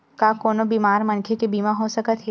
का कोनो बीमार मनखे के बीमा हो सकत हे?